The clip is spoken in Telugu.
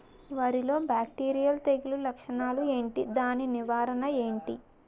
వరి లో బ్యాక్టీరియల్ తెగులు లక్షణాలు ఏంటి? దాని నివారణ ఏంటి?